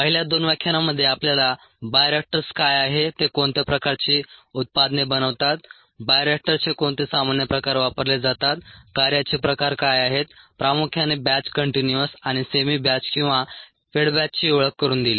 पहिल्या दोन व्याख्यानांमध्ये आपल्याला बायोरिएक्टर्स काय आहे ते कोणत्या प्रकारची उत्पादने बनवतात बायोरिएक्टर्सचे कोणते सामान्य प्रकार वापरले जातात कार्याचे प्रकार काय आहेत प्रामुख्याने बॅच कंटीन्यूअस आणि सेमी बॅच किंवा फेड बॅचची ओळख करून दिली